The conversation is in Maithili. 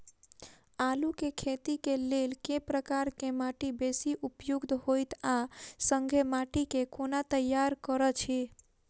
आलु केँ खेती केँ लेल केँ प्रकार केँ माटि बेसी उपयुक्त होइत आ संगे माटि केँ कोना तैयार करऽ छी?